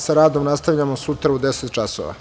Sa radom nastavljamo sutra u 10.00 časova.